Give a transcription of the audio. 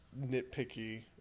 nitpicky